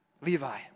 Levi